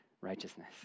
righteousness